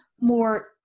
more